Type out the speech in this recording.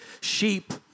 sheep